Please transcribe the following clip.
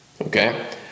okay